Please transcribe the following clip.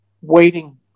waiting